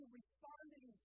responding